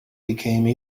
became